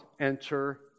enter